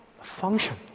function